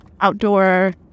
outdoor